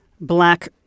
black